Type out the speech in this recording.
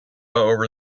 over